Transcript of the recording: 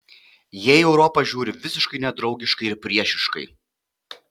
jie į europą žiūri visiškai nedraugiškai ir priešiškai